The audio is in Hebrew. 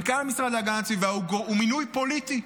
מנכ"ל המשרד להגנת הסביבה הוא מינוי פוליטי,